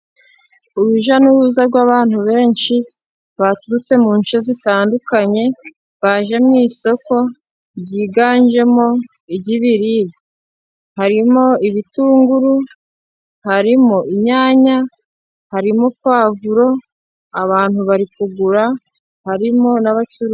Urujya n'uruza rw'abantu benshi baturutse mu nce zitandukanye, baje mu isoko, ryiganjemo iry'biribwa. Harimo ibitunguru, harimo inyanya, harimo pavuro, abantu bari kugura, harimo n'abacuruzi.